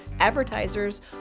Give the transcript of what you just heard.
advertisers